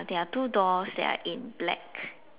there are two doors that are in black